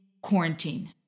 quarantine